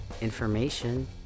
Information